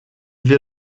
wir